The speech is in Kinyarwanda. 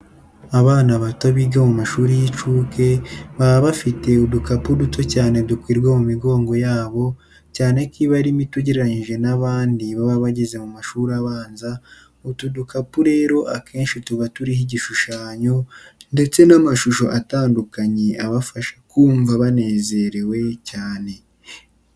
Abana bato biga mu mashuri y'incuke baba bafite udukapu duto cyane dukwira mu migongo yabo cyane ko iba ari mito ugereranyije n'abandi baba bageze mu mashuri abanza, utu dukapu rero akenshi tuba turiho ibishushanyo ndetse n'amashusho atandukanye abafasha kumva banezerewe cyane.